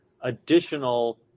additional